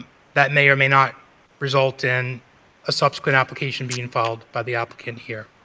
that may or may not result in a subsequent application being filed by the applicant here.